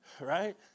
right